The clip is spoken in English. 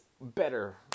better